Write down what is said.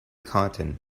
cotton